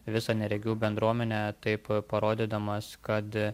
visą neregių bendruomenę taip parodydamas kad